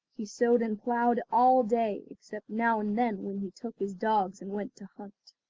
he sowed and ploughed all day, except now and then when he took his dogs and went to hunt.